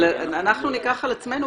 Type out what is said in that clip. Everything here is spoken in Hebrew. אבל אנחנו ניקח על עצמנו,